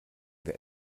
wer